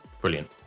Brilliant